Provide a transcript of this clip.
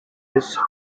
his